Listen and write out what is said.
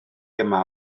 yma